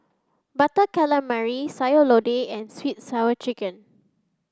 butter calamari sayur lodeh and sweet sour chicken